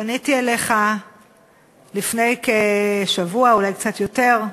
פניתי אליך לפני כשבוע, אולי קצת יותר,